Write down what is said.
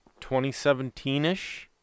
2017-ish